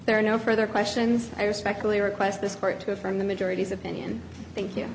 there are no further questions i respectfully request this court to affirm the majority's opinion thank you